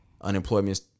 unemployment